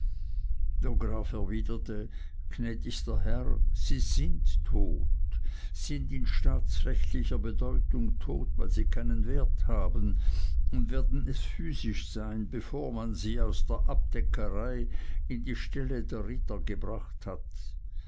gnädigster herr sie sind tot sind in staatsrechtlicher bedeutung tot weil sie keinen wert haben und werden es physisch sein bevor man sie aus der abdeckerei in die ställe der ritter gebracht hat